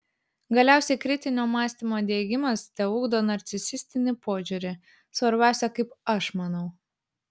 galiausiai kritinio mąstymo diegimas teugdo narcisistinį požiūrį svarbiausia kaip aš manau